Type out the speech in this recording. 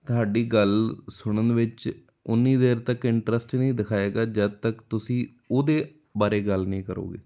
ਤੁਹਾਡੀ ਗੱਲ ਸੁਣਨ ਵਿੱਚ ਉੰਨੀ ਦੇਰ ਤੱਕ ਇੰਟਰਸਟ ਨਹੀਂ ਦਿਖਾਏਗਾ ਜਦੋਂ ਤੱਕ ਤੁਸੀਂ ਉਹਦੇ ਬਾਰੇ ਗੱਲ ਨਹੀਂ ਕਰੋਗੇ